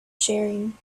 sharing